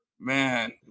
Man